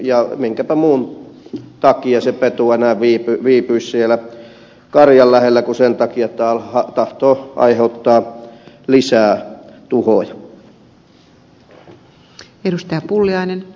ja minkäpä muun takia se peto enää viipyisi siellä karjan lähellä kuin sen takia että tahtoo aiheuttaa lisää tuhoja